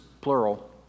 plural